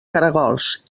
caragols